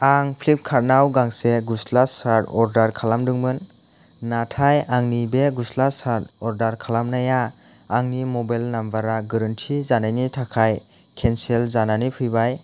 आं फ्लिपकार्ट आव गांसे गस्ला सार्ट अर्दार खालामदोंमोन नाथाय आंनि बे गस्ला सार्ट अर्दार खालामनाया आंनि मबाइल नामबार आ गोरोन्थि जानायनि थाखाय केन्सेल जानानै फैबाय